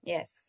Yes